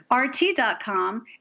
RT.com